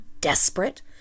desperate